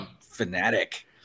fanatic